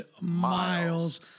miles